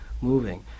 moving